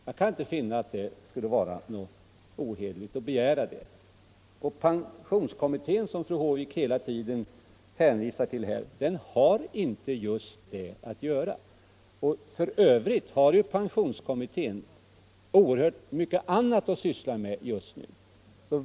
Jag kan inte finna att det skulle vara ohederligt att begära det. Pensionskommittén, som fru Håvik hela tiden hänvisar till, har inte i uppdrag att göra en sådan kartläggning. För övrigt har pensionskommittén oerhört mycket annat att syssla med just nu.